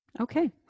Okay